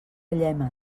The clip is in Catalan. llémena